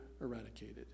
eradicated